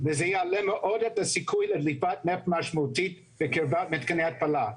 וזה יעלה מאוד את הסיכוי לדליפת נפט משמעותית בקרבת מתקני ההתפלה.